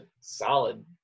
solid